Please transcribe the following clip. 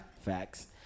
Facts